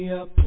up